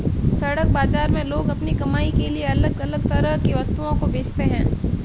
सड़क बाजार में लोग अपनी कमाई के लिए अलग अलग तरह की वस्तुओं को बेचते है